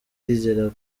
ndizera